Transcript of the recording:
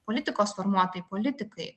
politikos formuotojai politikai